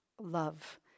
love